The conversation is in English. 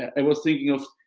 i was thinking of,